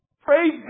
Praise